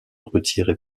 retirer